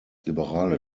liberale